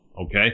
Okay